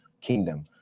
kingdom